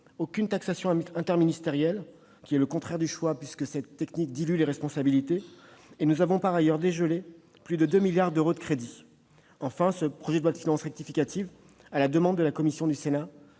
aucune taxation interministérielle- le contraire du choix, puisque cette technique dilue les responsabilités -et nous avons, par ailleurs, dégelé plus de 2 milliards d'euros de crédits. Enfin, ce projet de loi de finances rectificative, à la demande de la commission du Sénat,